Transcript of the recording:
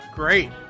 great